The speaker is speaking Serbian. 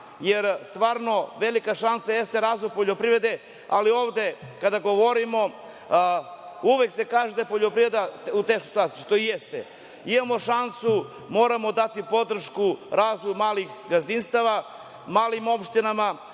jer stvarno velika šansa jeste razvoj poljoprivrede, ali ovde kada govorimo uvek se kaže da je poljoprivreda …(ne razume se) što i jeste, imamo šansu, moramo dati podršku razvoju malih gazdinstava, malim opštinama,